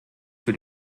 für